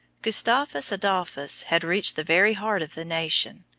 gustavus adolphus had reached the very heart of the nation.